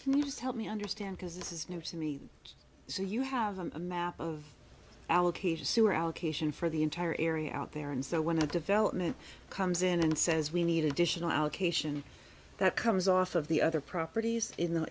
can you just help me understand because this is new to me let's say you have a map of allocation sewer allocation for the entire area out there and so when a development comes in and says we need additional allocation that comes off of the other properties in the